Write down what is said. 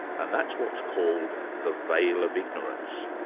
and that's what called the veil of ignorance.